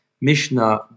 Mishnah